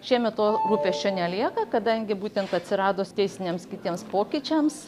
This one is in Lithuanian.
šiemet to rūpesčio nelieka kadangi būtent atsiradus teisiniams kitiems pokyčiams